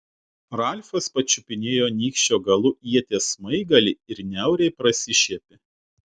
ralfas pačiupinėjo nykščio galu ieties smaigalį ir niauriai prasišiepė